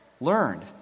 learned